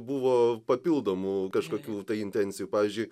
buvo papildomų kažkokių intencijų pavyzdžiui